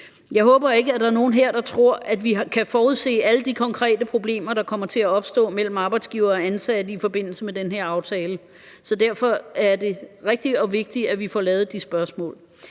Jeg håber ikke, at der er nogen her, der tror, at vi kan forudse alle de konkrete problemer, der kommer til at opstå mellem arbejdsgivere og ansatte i forbindelse med den her aftale. Derfor er det rigtigt og vigtigt, at vi får lavet de spørgsmål.